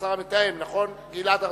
השר המתאם גלעד ארדן.